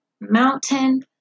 Mountain